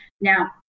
now